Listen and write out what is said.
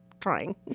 trying